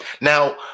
Now